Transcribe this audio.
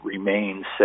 remains